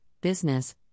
business